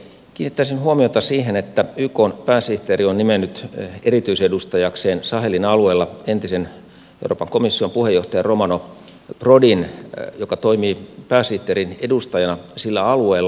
kiinnittäisin huomiota siihen että ykn pääsihteeri on nimennyt erityisedustajakseen sahelin alueella entisen euroopan komission puheenjohtajan romano prodin joka toimii pääsihteerin edustajana sillä alueella